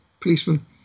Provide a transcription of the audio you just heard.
policeman